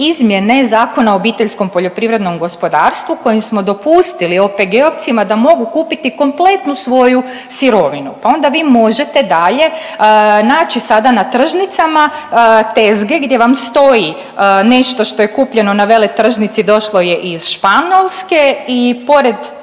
izmjene Zakona o OPG-u kojim smo dopustili OPG-ovcima da mogu kupiti kompletnu svoju sirovinu, pa onda vi možete dalje naći sada na tržnicama tezge gdje vam stoji nešto što je kupljeno na Veletržnici došlo je iz Španjolske i pored